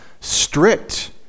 strict